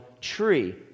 tree